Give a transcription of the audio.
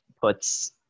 puts